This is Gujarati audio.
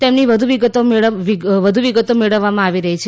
તેમની વધુ વિગતો મેળવવામાં આવી રહી છે